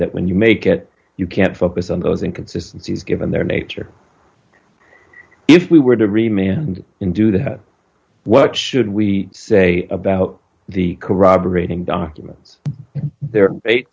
that when you make it you can focus on those inconsistencies given their nature if we were to remain in do that what should we say about the corroborating documents there